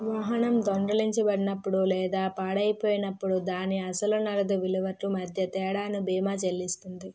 వాహనం దొంగిలించబడినప్పుడు లేదా పాడైపోయినప్పుడు దాని అసలు నగదు విలువకు మధ్య తేడాను బీమా చెల్లిస్తుంది